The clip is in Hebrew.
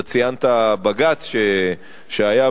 אתה ציינת בג"ץ שהיה,